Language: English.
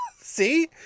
see